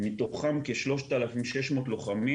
מתוכם כ-3,600 לוחמים.